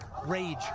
Rage